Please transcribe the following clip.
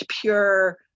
pure